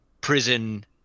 prison